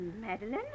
madeline